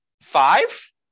five